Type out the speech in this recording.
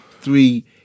three